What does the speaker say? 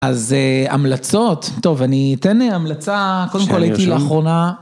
אז המלצות, טוב אני אתן המלצה, קודם כול הייתי לאחרונה.